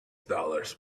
dollars